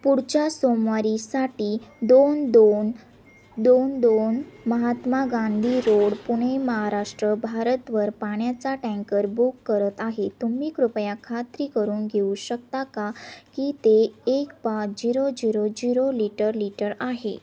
पुढच्या सोमवारीसाठी दोन दोन दोन दोन महात्मा गांधी रोड पुणे महाराष्ट्र भारतवर पाण्याचा टँकर बुक करत आहे तुम्ही कृपया खात्री करून घेऊ शकता का की ते एक पाच zero zero zero litre litre आहे